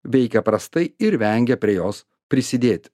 veikia prastai ir vengia prie jos prisidėti